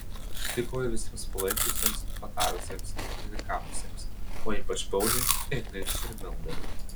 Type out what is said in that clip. dėkoju visiems palaikiusiems patarusiems ir kritikavusiems o ypač pauliui ingai ir mildai